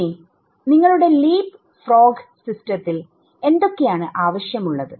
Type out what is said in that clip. ഇനി നിങ്ങളുടെ leapfrog സിസ്റ്റത്തിൽഎന്തൊക്കെയാണ് ആവശ്യമുള്ളത്